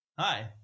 hi